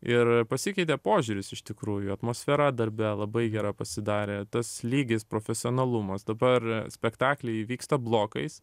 ir pasikeitė požiūris iš tikrųjų atmosfera darbe labai gera pasidarė tas lygis profesionalumas dabar spektakliai vyksta blokais